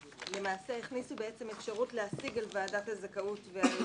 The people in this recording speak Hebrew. הכניסו אפשרות להשיג על ועדת הזכאות ועל